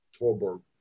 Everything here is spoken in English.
Torberg